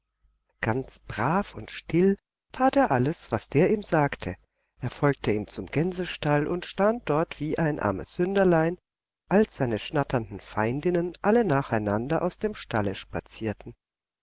ganz brav und still tat er alles was der ihm sagte er folgte ihm zum gänsestall und stand dort wie ein armes sünderlein als seine schnatternden feindinnen alle nacheinander aus dem stalle spazierten